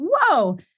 whoa